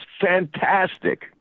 fantastic